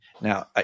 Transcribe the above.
Now